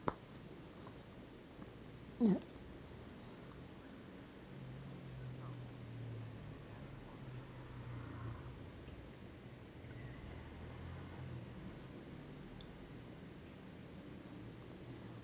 ya